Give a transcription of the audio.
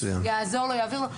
שיעזור לו ויעביר לו.